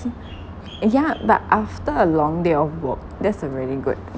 yeah but after a long day of work that's a really good